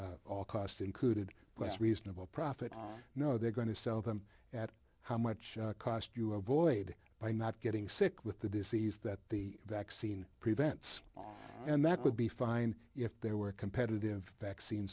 all cost included but it's reasonable profit no they're going to sell them at how much cost you avoid by not getting sick with the disease that the vaccine prevents and that would be fine if there were a competitive vaccine